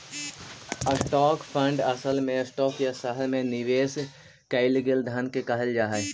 stock fund असल में stock या शहर में निवेश कैल गेल धन के कहल जा हई